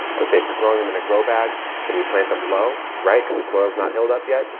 i would say if you're growing them in a grow bag and you plant them low, right, because the soil is not hilled up yet,